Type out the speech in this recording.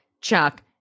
Chuck